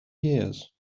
years